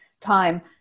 time